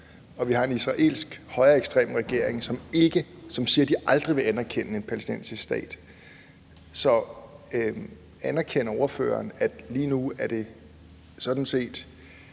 og vi har en israelsk højreekstrem regering, som siger, at de aldrig vil anerkende en palæstinensisk stat. Så anerkender ordføreren, at lige nu er det sådan set